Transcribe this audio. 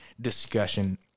discussion